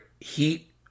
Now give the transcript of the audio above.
heat